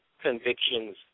convictions